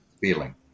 feeling